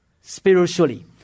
spiritually